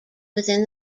within